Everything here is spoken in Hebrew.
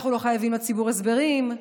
אנחנו לא חייבים לציבור הסברים,